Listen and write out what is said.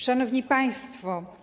Szanowni Państwo!